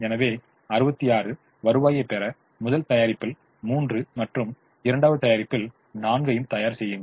எனவே 66 வருவாயைப் பெற முதல் தயாரிப்பில் மூன்று மற்றும் இரண்டாவது தயாரிப்பில் நான்கையும் தயார் செய்யுங்கள்